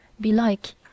belike